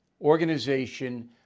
organization